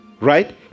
right